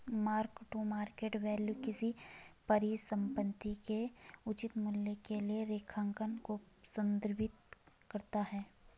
mark to market value किसी परिसंपत्ति के उचित मूल्य के लिए लेखांकन को संदर्भित करता है